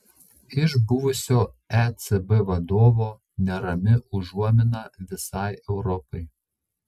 iš buvusio ecb vadovo nerami užuomina visai europai